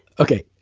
okay.